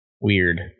Weird